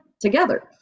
together